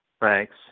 Thanks